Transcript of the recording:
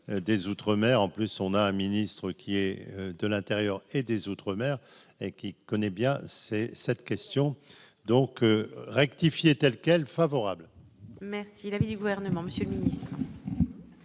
des outre-mer, en plus, on a un ministre qui est de l'Intérieur et des Outre-mer et qui connaît bien, c'est cette question donc rectifier tels favorable. Merci l'avis du gouvernement, Monsieur le Ministre.